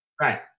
Right